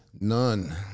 None